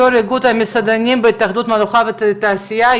יו"ר איגוד המסעדנים בהתאחדות המלאכה והתעשייה.